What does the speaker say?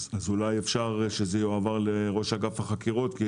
וזאת ובלבד שהבדיקה לא תיארך למעלה משלושה ימי עסקים.